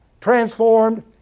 transformed